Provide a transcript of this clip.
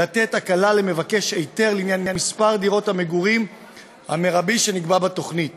לתת הקלה למבקש היתר לעניין מספר דירות המגורים המרבי שנקבע בתוכנית